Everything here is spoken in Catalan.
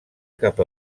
cap